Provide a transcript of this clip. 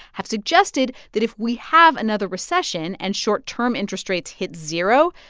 have suggested that if we have another recession and short-term interest rates hit zero,